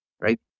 right